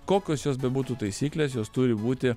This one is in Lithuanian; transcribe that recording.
kokios jos bebūtų taisyklės jos turi būti